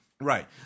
Right